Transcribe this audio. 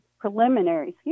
preliminary